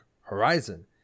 Horizon